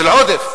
של עודף.